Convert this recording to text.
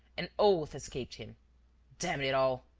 an oath escaped him damn it all!